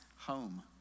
home